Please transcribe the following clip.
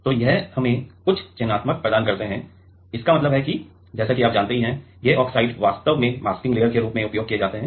तो ये हमें उच्च चयनात्मकता प्रदान करते हैं इसका मतलब है कि जैसा कि आप जानते हैं कि ये ऑक्साइड वास्तव में मास्किंग लेयर के रूप में उपयोग किए जाते हैं